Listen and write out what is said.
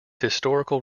historical